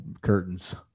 curtains